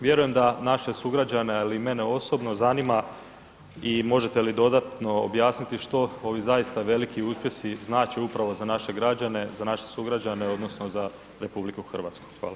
Vjerujem da naše sugrađane, ali i mene osobno zanima i možete li dodatno objasniti što ovi zaista veliki uspjesi znače upravo za naše građane, za naše sugrađane odnosno za RH.